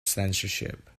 censorship